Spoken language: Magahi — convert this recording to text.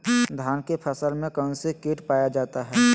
धान की फसल में कौन सी किट पाया जाता है?